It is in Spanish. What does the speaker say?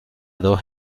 dos